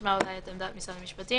נשמע את עמדת משרד המשפטים.